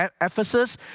Ephesus